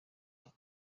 est